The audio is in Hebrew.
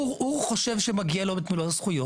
הוא חושב שמגיע לו את מלוא הזכויות,